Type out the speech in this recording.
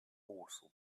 also